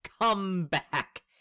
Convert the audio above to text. comeback